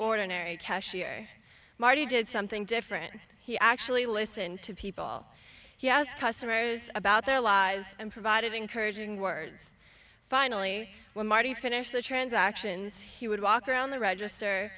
ordinary cashier marty did something different he actually listened to people he as customers about their lives and provided encouraging words finally when marty finished the transactions he would walk around the register